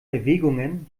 erwägungen